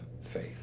faith